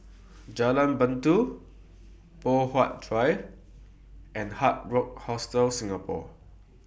Jalan Batu Poh Huat Drive and Hard Rock Hostel Singapore